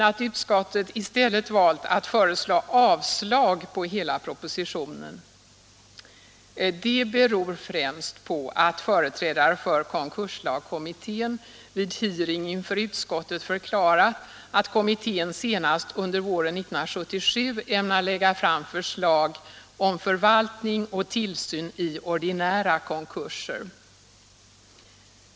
Att utskottet i stället valt att föreslå avslag på hela propositionen beror främst på att företrädare för konkurslagskommittén vid hearing inför utskottet förklarat att kommittén senast under våren 1977 ämnar lägga fram förslag om förvaltning och tillsyn i ordinära konkurser.